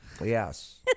Yes